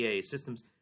Systems